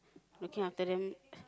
looking after them